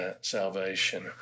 salvation